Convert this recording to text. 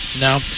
No